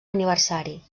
aniversari